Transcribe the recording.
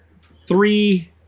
three